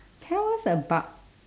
tell us about